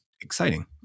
exciting